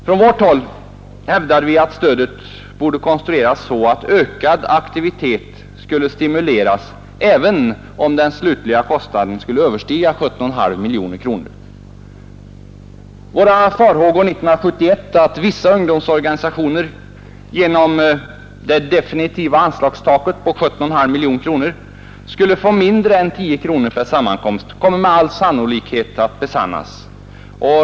Från vårt håll hävdade vi att stödet borde konstrueras så, att ökad aktivitet skulle stimuleras, även om den slutliga kostnaden skulle överstiga 17,5 miljoner kronor. Våra farhågor 1971 att vissa ungdomsorganisationer genom det definitiva anslagstaket på 17,5 miljoner kronor skulle få mindre än 10 kronor per sammankomst kommer med all sannolikhet att besannas.